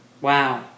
Wow